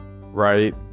right